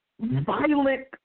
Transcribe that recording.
violent